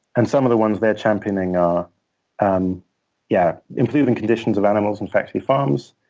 and some of the ones they're championing are um yeah improving conditions of animals on factory farms,